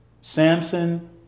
Samson